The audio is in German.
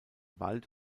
wald